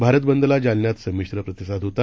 भारत बंदला जालन्यात संमिश्र प्रतिसाद आहे